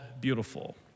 beautiful